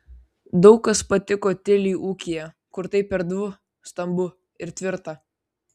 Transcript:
daug kas patiko tiliui ūkyje kur taip erdvu stambu ir tvirta